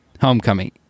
Homecoming